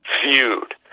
feud